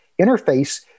interface